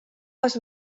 les